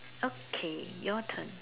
okay your turn